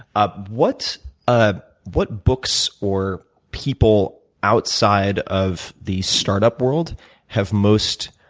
ah what ah what books or people outside of these startup world have most